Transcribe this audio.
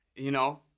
you know?